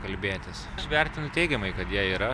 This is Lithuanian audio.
kalbėtis vertinu teigiamai kad jie yra